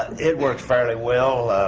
it worked fairly well,